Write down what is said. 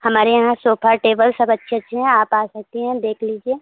हमारे यहाँ sofa table सब अच्छे अच्छे हैं आप आ सकती हैं देख लीजिए